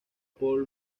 por